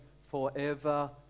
forever